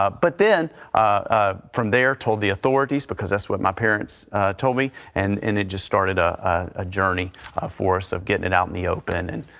but then ah from there told the authorities because that's what my parents told me and it just started a ah journey force of getting and out in the open and